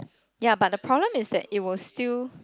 ya but the problem is that it will still